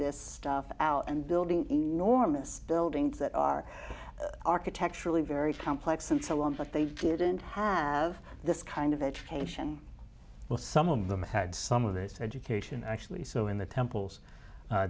this stuff out and building norma's buildings that are architecturally very complex and so on but they didn't have this kind of education well some of them had some of this education actually so in the temples